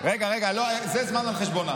אולי תעזור לי, רגע, זה זמן על חשבונה.